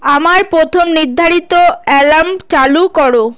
আমার প্রথম নির্ধারিত অ্যালার্ম চালু করো